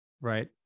right